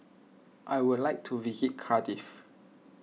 I would like to visit Cardiff